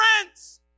friends